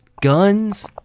Guns